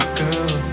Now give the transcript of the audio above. girl